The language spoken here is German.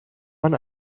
man